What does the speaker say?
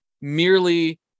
merely